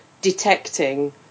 detecting